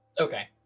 Okay